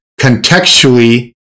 contextually